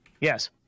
Yes